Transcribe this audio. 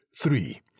three